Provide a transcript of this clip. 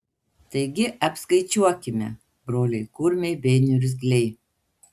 taigi apskaičiuokime broliai kurmiai bei niurzgliai